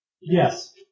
Yes